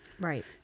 Right